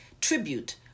tribute